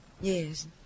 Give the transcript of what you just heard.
Yes